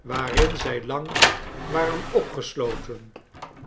waarin zij lang waren opgesloten